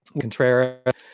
Contreras